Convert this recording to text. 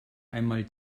einmal